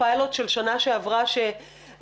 פיילוט של שנה שעברה שנעשה.